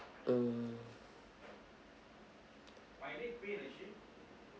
mm